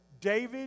David